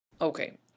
Okay